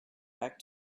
back